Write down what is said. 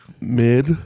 Mid